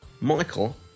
Michael